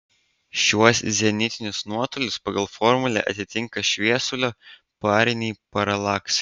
šiuos zenitinius nuotolius pagal formulę atitinka šviesulio pariniai paralaksai